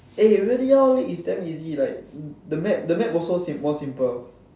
eh really lor league is damn easy like the map the map also more simple